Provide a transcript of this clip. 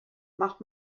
macht